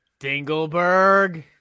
Dingleberg